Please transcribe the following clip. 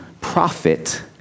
profit